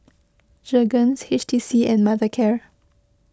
Jergens H T C and Mothercare